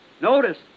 Notice